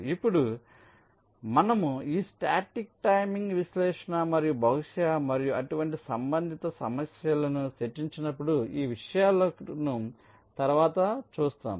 ఇప్పుడు మనము ఈ స్టాటిక్ టైమింగ్ విశ్లేషణ మరియు బహుశా మరియు అటువంటి సంబంధిత సమస్యలను చర్చించినప్పుడు ఈ విషయాలను తరువాత చూస్తాము